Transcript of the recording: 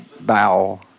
bow